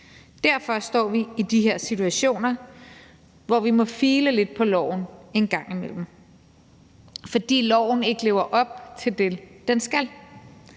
Derfor står vi i de her situationer, hvor vi må file lidt på loven en gang imellem; loven ikke lever op til det, den skal.